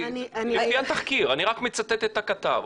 לפי התחקיר, אני רק מצטט את הכתב.